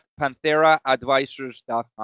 pantheraadvisors.com